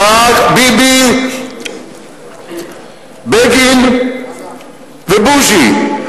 ביבי, בגין ובוז'י.